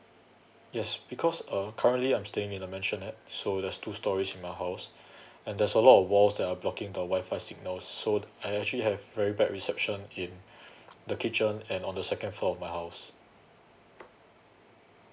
yes because uh currently I'm staying in a mansionette so there's two storeys in my house and there's a lot of walls that are blocking the Wi-Fi signals so I actually have very bad reception in the kitchen and on the second floor of my house